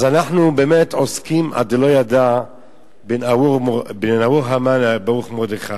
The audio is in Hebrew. אז אנחנו באמת עוסקים עד דלא ידע בין ארור המן לברוך מרדכי,